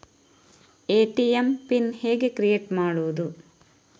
ATM PIN ಹೇಗೆ create ಮಾಡುವುದು?